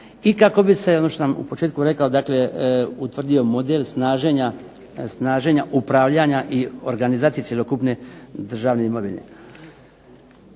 i kako bi se ono što sam u početku rekao utvrdio model snaženja upravljanja i organizacije cjelokupne državne imovine.